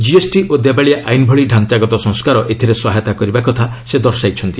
GST ଓ ଦେବାଳିଆ ଆଇନ ଭଳି ଢାଞ୍ଚାଗତ ସଂସ୍କାର ଏଥିରେ ସହାୟତା କରିବା କଥା ସେ ଦର୍ଶାଇଛନ୍ତି